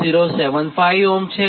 075 Ω છે